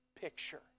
picture